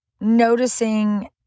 noticing